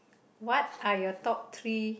what are your top three